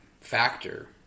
factor